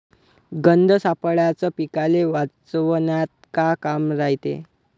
गंध सापळ्याचं पीकाले वाचवन्यात का काम रायते?